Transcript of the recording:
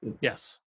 Yes